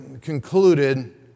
concluded